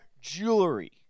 jewelry